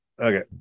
Okay